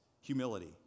humility